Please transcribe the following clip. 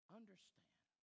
understand